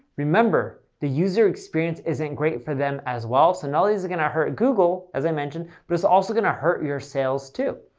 remember, the user experience isn't great for them as well, so not only is it going to hurt google as i mentioned, but it's also going to hurt your sales too.